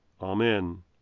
Amen